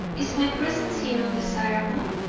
is my presence here undesirable?